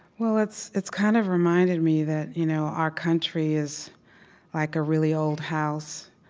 well, it's it's kind of reminded me that you know our country is like a really old house.